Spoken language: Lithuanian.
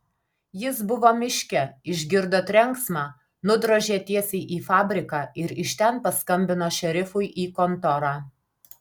jis buvo miške išgirdo trenksmą nudrožė tiesiai į fabriką ir iš ten paskambino šerifui į kontorą